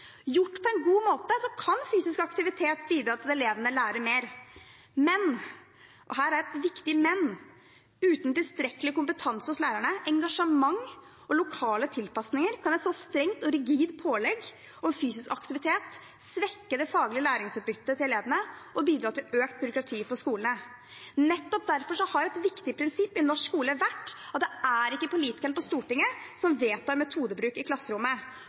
Gjort på en god måte kan fysisk aktivitet bidra til at elevene lærer mer, men – og det er et viktig «men» – uten tilstrekkelig kompetanse hos lærerne, engasjement og lokale tilpasninger kan et så strengt og rigid pålegg om fysisk aktivitet svekke det faglige læringsutbyttet til elevene og bidra til økt byråkrati for skolene. Nettopp derfor har et viktig prinsipp i norsk skole vært at det er ikke politikerne på Stortinget som vedtar metodebruk i klasserommet.